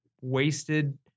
wasted